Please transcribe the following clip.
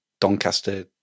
Doncaster